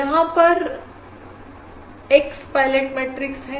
यहां पर X pilot matrix है